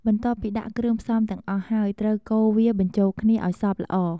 បន្ទាប់ពីដាក់គ្រឿងផ្សំទាំងអស់ហើយ ត្រូវកូរវាបញ្ចូលគ្នាឱ្យសព្វល្អ។